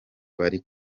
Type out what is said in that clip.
bari